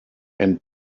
and